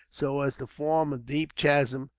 so as to form a deep chasm,